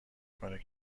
کنه